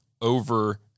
over